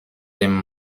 dem